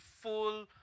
full